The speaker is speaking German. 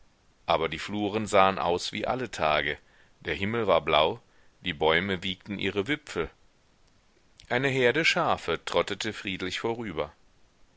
aber die fluren sahen aus wie alle tage der himmel war blau die bäume wiegten ihre wipfel eine herde schafe trottete friedlich vorüber